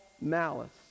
malice